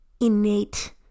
innate